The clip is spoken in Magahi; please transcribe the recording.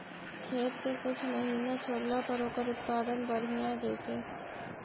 खेत के कुछ महिना छोड़ला पर ओकर उत्पादन बढ़िया जैतइ?